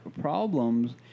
problems